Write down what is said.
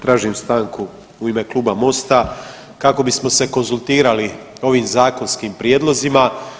Tražim stanku u ime Kluba Mosta kako bismo se konzultirali o ovim zakonskim prijedlozima.